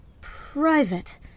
Private